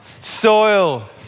soil